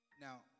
Now